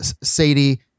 Sadie